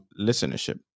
listenership